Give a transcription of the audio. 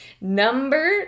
Number